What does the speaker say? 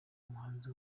umuhanuzi